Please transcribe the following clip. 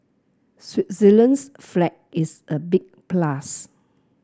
Switzerland's flag is a big plus